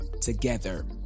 together